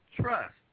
trust